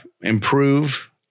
improve